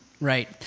Right